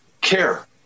care